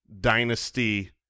Dynasty